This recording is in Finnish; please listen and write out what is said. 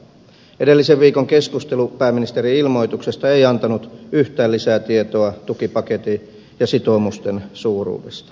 edellisen viikon keskustelu pääministerin ilmoituksesta ei antanut yhtään lisää tietoa tukipaketin ja sitoumusten suuruudesta